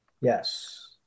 Yes